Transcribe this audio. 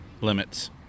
limits